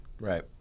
Right